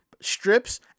strips